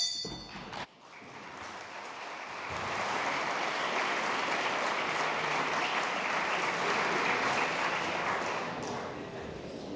Tak